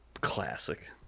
classic